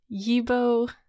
Yibo